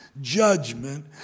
judgment